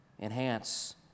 enhance